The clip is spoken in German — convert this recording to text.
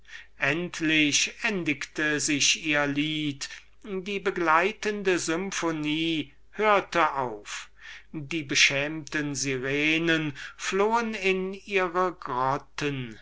endlich endigte sich ihr lied die begleitende symphonie hörte auf die beschämten sirenen flohen in ihre grotten